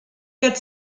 quatre